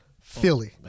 Philly